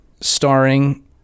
Starring